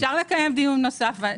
אפשר לקיים דיון נוסף.